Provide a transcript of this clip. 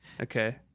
Okay